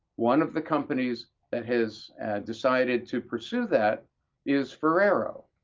one of the companies that has decided to pursue that is ferrero.